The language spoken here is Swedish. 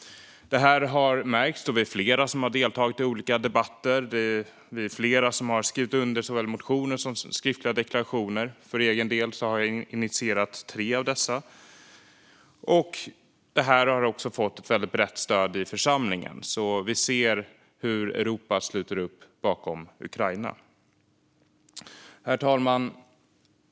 Det har märkts. Vi är flera som har deltagit i olika debatter och som har skrivit under såväl motioner som skriftliga deklarationer. För egen del har jag initierat tre av dessa. De har också fått ett brett stöd i församlingen. Vi ser hur Europa sluter upp bakom Ukraina. Herr talman!